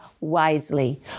wisely